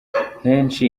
henshi